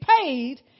paid